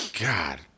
God